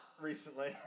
recently